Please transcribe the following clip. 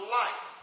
life